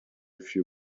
few